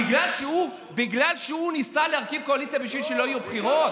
בגלל שהוא ניסה להרכיב קואליציה בשביל שלא יהיו בחירות?